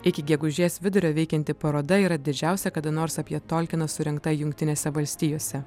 iki gegužės vidurio veikianti paroda yra didžiausia kada nors apie tolkiną surengta jungtinėse valstijose